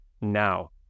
now